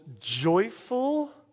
joyful